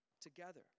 together